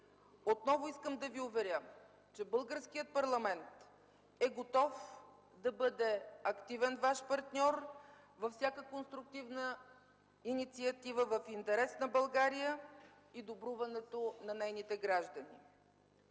Отново искам да Ви уверя, че българският парламент е готов да бъде активен Ваш партньор във всяка конструктивна инициатива в интерес на България и добруването на нейните граждани.